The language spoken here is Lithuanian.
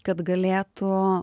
kad galėtų